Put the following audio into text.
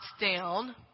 down